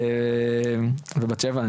ובת שבע,